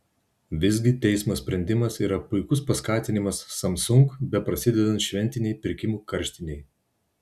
visgi teismo sprendimas yra puikus paskatinimas samsung beprasidedant šventinei pirkimų karštinei